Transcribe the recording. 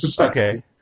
Okay